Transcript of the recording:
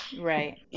right